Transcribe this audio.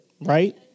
right